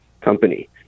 company